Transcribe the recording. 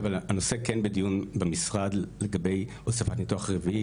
אבל הנושא כן בדיון במשרד לגבי הוספת ניתוח רביעי,